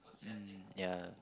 mm yeah